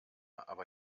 aber